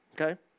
Okay